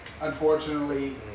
Unfortunately